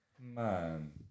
man